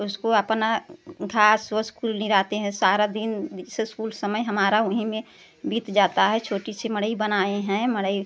उसको अपना घास ओस कुल निराते हैं सारा दिन जिससे कुल समय हमारा वहीं में बीत जाता है छोटी सी मड़ई बनाए हैं मड़ई